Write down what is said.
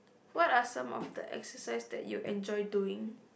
what are some of the exercise that you enjoy doing